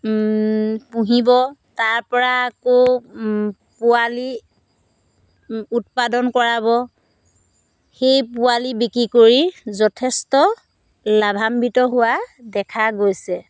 পুহিব তাৰপৰা আকৌ পোৱালি উৎপাদন কৰাব সেই পোৱালি বিক্ৰী কৰি যথেষ্ট লাভাম্বিত হোৱা দেখা গৈছে